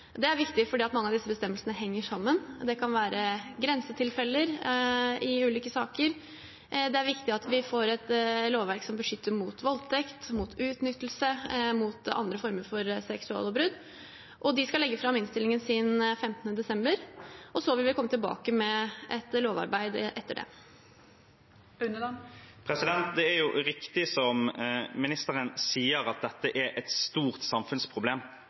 Det er viktig fordi mange av disse bestemmelsen henger sammen. Det kan være grensetilfeller i ulike saker. Det er viktig at vi får et lovverk som beskytter mot voldtekt, utnyttelse og andre former for seksuallovbrudd. De skal legge fram innstillingen sin den 15. desember, og så vil vi komme tilbake med et lovarbeid etter det. Det er riktig, som ministeren sier, at dette er et stort samfunnsproblem.